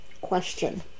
Question